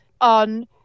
on